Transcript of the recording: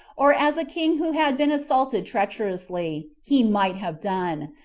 or as a king who had been assaulted treacherously, he might have done,